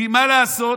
כי מה לעשות,